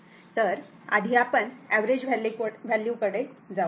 तर आधी आपण एवरेज व्हॅल्यू कडे जाऊ